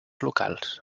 locals